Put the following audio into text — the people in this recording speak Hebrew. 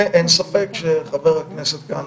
ואין ספק שחבר הכנסת כאן